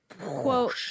Quote